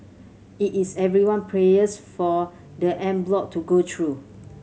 it is everyone prayers for the en bloc to go through